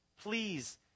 Please